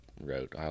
wrote